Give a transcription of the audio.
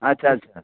अच्छा अच्छा